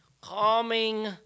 calming